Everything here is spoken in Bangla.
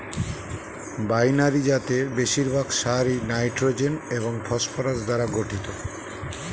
বাইনারি জাতের বেশিরভাগ সারই নাইট্রোজেন এবং ফসফরাস দ্বারা গঠিত